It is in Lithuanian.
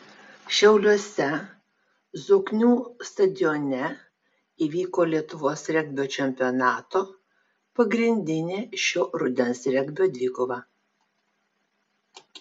šiauliuose zoknių stadione įvyko lietuvos regbio čempionato pagrindinė šio rudens regbio dvikova